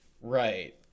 right